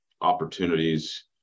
opportunities